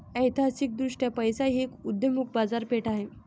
ऐतिहासिकदृष्ट्या पैसा ही एक उदयोन्मुख बाजारपेठ आहे